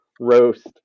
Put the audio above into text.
roast